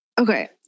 Okay